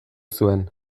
zuen